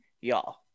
y'all